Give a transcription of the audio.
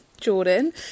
Jordan